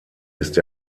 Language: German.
ist